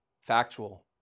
factual